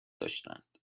داشتند